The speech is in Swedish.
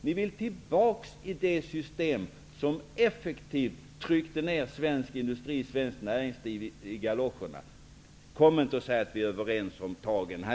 Ni vill tillbaka till det system som effektivt tryckte ner svensk industri och svenskt näringsliv i galoscherna. Kom inte och säg att vi är överens om detta!